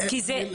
כי זה,